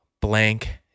Blank